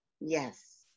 yes